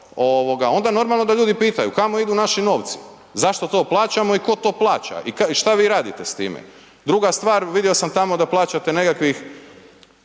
Onda normalno da ljudi pitaju kamo idu naši novci. Zašto to plaćamo i tko to plaća? I što vi radite s time? Druga stvar, vidio sam tamo da plaćate nekakvih